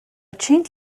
chink